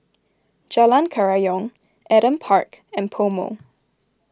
Jalan Kerayong Adam Park and PoMo